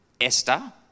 Esther